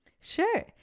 Sure